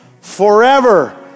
forever